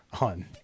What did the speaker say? on